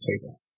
table